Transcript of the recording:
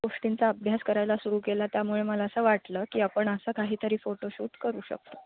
गोष्टींचा अभ्यास करायला सुरू केला त्यामुळे मला असं वाटलं की आपण असं काहीतरी फोटोशूट करू शकतो